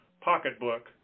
pocketbook